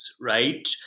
right